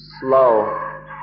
slow